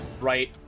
right